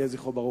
יהי זכרו ברוך.